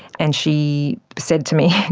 and she said to me,